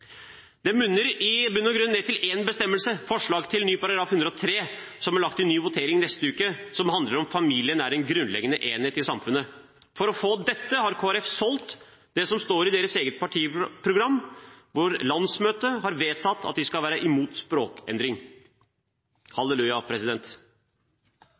Det munner i bunn og grunn ut i én bestemmelse, forslag til ny § 103, som er lagt ut til ny votering neste uke. Den handler om at familien er en grunnleggende enhet i samfunnet. For å få til dette, har Kristelig Folkeparti solgt det som står i deres eget partiprogram. Landsmøtet har vedtatt at de skal være imot